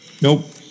nope